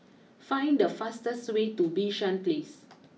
find the fastest way to Bishan place